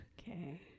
Okay